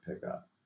pickup